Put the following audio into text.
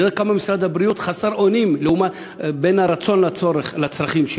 אני יודע כמה משרד הבריאות חסר אונים בין הרצון לבין הצרכים,